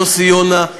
יוסי יונה,